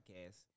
podcast